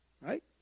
Right